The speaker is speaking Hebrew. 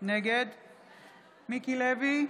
נגד מיקי לוי,